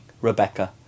Rebecca